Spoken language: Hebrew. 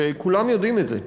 וכולם יודעים את זה.